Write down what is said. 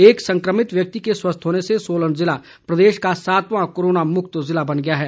एक संक्रमित व्यक्ति के स्वस्थ होने से सोलन जिला प्रदेश का सातवां कोरोना मुक्त जिला बन गया है